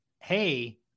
hey